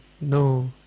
no